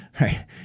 Right